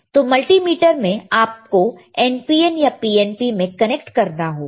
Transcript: तो मल्टीमीटर में आप को NPN या PNP में कनेक्ट करना होगा